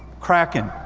kracken,